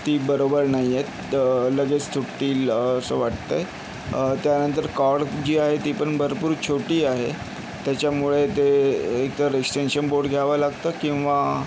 ती बरोबर नाहीयेत लगेच तुटतील असं वाटतंय त्यानंतर कॉर्ड जी आहे तीपण भरपूर छोटी आहे त्याच्यामुळे ते एक तर एक्स्टेन्शन बोर्ड घ्यावा लागतो किंवा